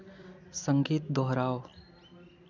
संगीत दोहराओ